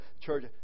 Church